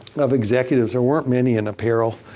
of executives. there weren't many in apparel.